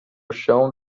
chão